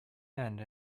end